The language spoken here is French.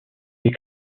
des